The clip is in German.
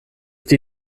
die